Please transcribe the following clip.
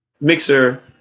Mixer